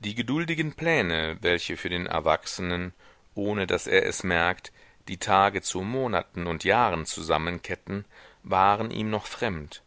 die geduldigen pläne welche für den erwachsenen ohne daß er es merkt die tage zu monaten und jahren zusammenketten waren ihm noch fremd